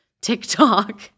TikTok